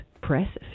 press